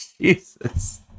Jesus